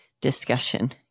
discussion